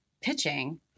pitching